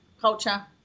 culture